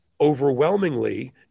overwhelmingly